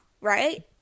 right